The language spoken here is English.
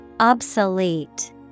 Obsolete